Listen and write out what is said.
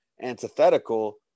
antithetical